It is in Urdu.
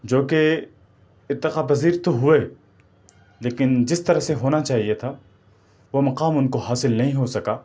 جو کہ ارتقا پذیر تو ہوئے لیکن جس طرح سے ہونا چاہیے تھا وہ مقام ان کو حاصل نہیں ہوسکا